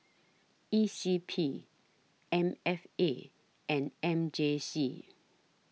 E C P M F A and M J C